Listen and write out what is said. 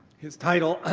his title,